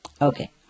Okay